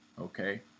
Okay